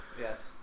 yes